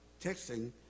texting